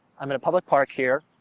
i'm in a public park here,